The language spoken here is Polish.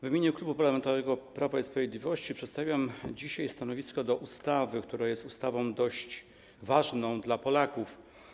W imieniu Klubu Parlamentarnego Prawo i Sprawiedliwość przedstawiam dzisiaj stanowisko wobec projektu ustawy, która jest ustawą dość ważną dla Polaków.